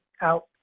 out